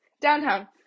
downtown